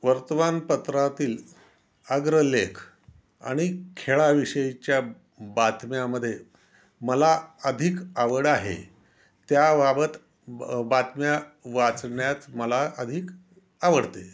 वर्तमानपत्रातील अग्रलेख आणि खेळाविषयीच्या बातम्यामध्ये मला अधिक आवड आहे त्याबाबत ब बातम्या वाचण्यास मला अधिक आवडते